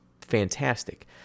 fantastic